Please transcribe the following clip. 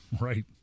right